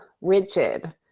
rigid